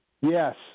Yes